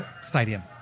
stadium